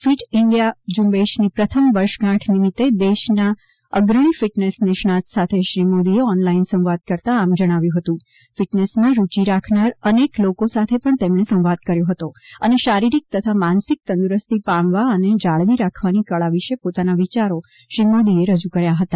fit India ઝુંબેશની પ્રથમ વર્ષગાંઠ નિમિત્તે દેશના અગ્રણી ફિટનેસ નિષ્ણાંત સાથે શ્રી મોદીએ ઓનલાઇન સંવાદ કરતાં આમ જણાવ્યુ હતું ફિટનેસમાં રુચિ રાખનાર અનેક લોકો સાથે પણ તેમણે સંવાદ કર્યો હતો અને શારીરિક તથા માનસિક તંદુરસ્તી પામવા અને જાળવી રાખવાની કળા વિશે પોતાના વિયારો શ્રી મોદીએ રજૂ કર્યા હતા